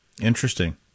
Interesting